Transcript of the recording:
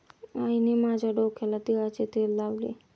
आईने माझ्या डोक्याला तिळाचे तेल लावले